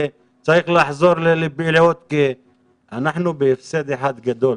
צריך לחזור לפעילות כי אנחנו בהפסד אחד גדול,